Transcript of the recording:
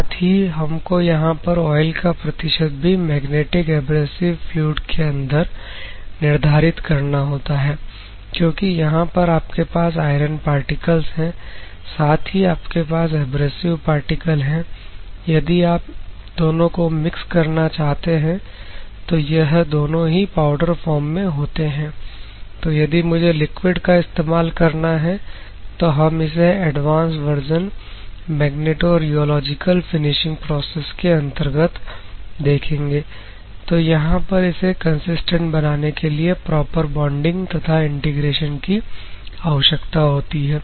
साथ ही हमको यहां पर ऑयल का प्रतिशत भी मैग्नेटिक एब्रेसिव फ्लूइड के अंदर निर्धारित करना होता है क्योंकि यहां पर आपके पास आयरन पार्टिकल्स है साथ ही आपके पास एब्रेसिव पार्टिकल्स है यदि आप दोनों को मिक्स करना चाहते हैं तो यह दोनों ही पाउडर फॉर्म में होते हैं तो यदि मुझे लिक्विड का इस्तेमाल करना है तो हम इसे advance version magnetorheological finishing process के अंतर्गत देखेंगे तो यहां पर इसे कंसिस्टेंट बनाने के लिए प्रॉपर बॉन्डिंग तथा इंटीग्रेशन की आवश्यकता होती है